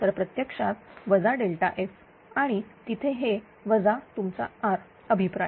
तर प्रत्यक्षात वजा ΔF आणि तिथे हे वजा तुमचा R अभिप्राय